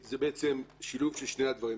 זה שילוב של שני הדברים.